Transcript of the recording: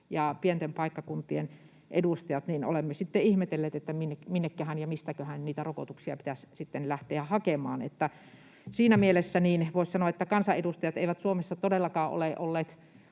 me pienten paikkakuntien edustajat olemme sitten ihmetelleet, minnekähän ja mistäköhän niitä rokotuksia pitäisi sitten lähteä hakemaan. Siinä mielessä voisi sanoa, että kansanedustajat eivät Suomessa todellakaan ole olleet